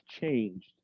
changed